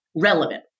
relevant